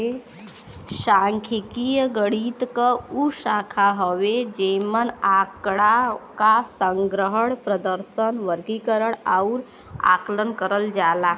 सांख्यिकी गणित क उ शाखा हउवे जेमन आँकड़ा क संग्रहण, प्रदर्शन, वर्गीकरण आउर आकलन करल जाला